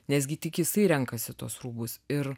nes gi tik jisai renkasi tuos rūbus ir